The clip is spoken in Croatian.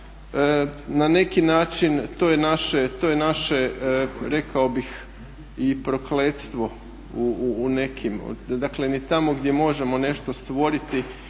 Na neki način to je naše rekao bih i prokletstvo u nekim, dakle ni tamo gdje možemo nešto stvoriti,